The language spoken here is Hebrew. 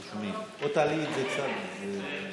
אך אני מאמינה שהפסיפס האנושי האיכותי